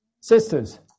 sisters